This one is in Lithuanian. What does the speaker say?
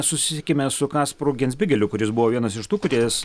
susisiekime su kasparu genzbigeliu kuris buvo vienas iš tų kuris